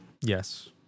Yes